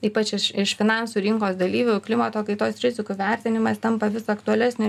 ypač iš iš finansų rinkos dalyvių klimato kaitos rizikų vertinimas tampa vis aktualesnė